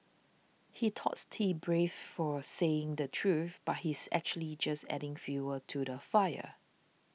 he thought brave for saying the truth but he's actually just adding fuel to the fire